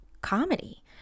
comedy